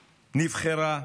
נבחרה,